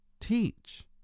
Teach